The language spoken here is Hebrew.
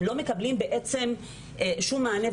הם לא מקבלים בעצם שום מענה.